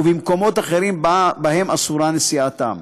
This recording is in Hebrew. ובמקומות אחרים שבהם אסורה נסיעתם.